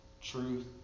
truth